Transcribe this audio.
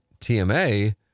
TMA